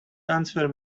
answer